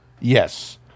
Yes